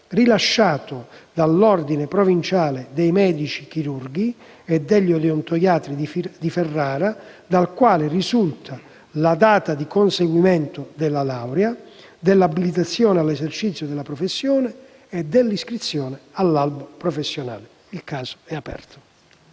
rilasciato dall'Ordine provinciale dei medici chirurghi e degli odontoiatri di Ferrara», dal quale risulta la data di conseguimento della laurea, dell'abilitazione all'esercizio della professione e dell'iscrizione all'albo professionale. Il caso è aperto.